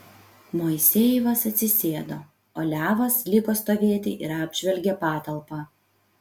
moisejevas atsisėdo o levas liko stovėti ir apžvelgė patalpą